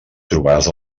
trobaràs